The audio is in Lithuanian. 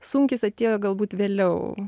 sunkis atėjo galbūt vėliau